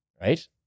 Right